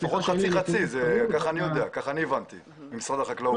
לפחות חצי-חצי, כך הבנתי ממשרד החקלאות.